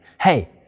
hey